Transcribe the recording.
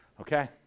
Okay